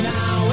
Now